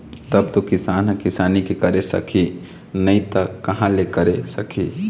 तब तो किसान ह किसानी करे सकही नइ त कहाँ ले करे सकही